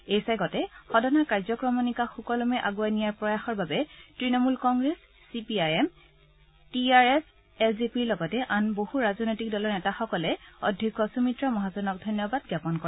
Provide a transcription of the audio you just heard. এই চেগতে সদনৰ কাৰ্যক্ৰমণিকা সুকলমে আণ্ডৱাই নিয়াৰ প্ৰয়াসৰ বাবে Trinamool Congress C P I M T R S L J পিৰ লগতে আন বছ ৰাজনৈতিক দলৰ নেতাসকলে অধ্যক্ষ সুমিত্ৰা মহাজনক ধন্যবাদ জ্ঞাপন কৰে